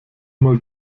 mal